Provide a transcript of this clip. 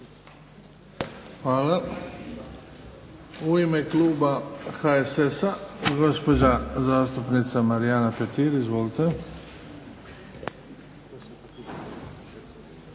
Hvala. U ime kluba HSS-a gospođa zastupnica Marijana Petir. Izvolite.